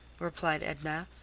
replied edna,